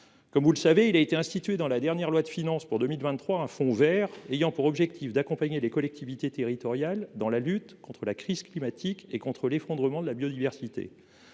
Vous le savez, il a été institué par la loi de finances pour 2023 un fonds vert ayant pour objectif d'accompagner les collectivités territoriales dans la lutte contre la crise climatique et contre l'effondrement de la biodiversité.